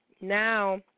now